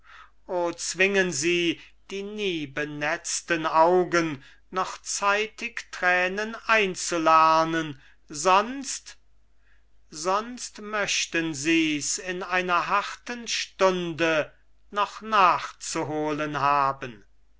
zwingen sie die nie benetzten augen noch zeitig tränen einzulernen sonst sonst möchten sies in einer harten stunde noch nachzuholen haben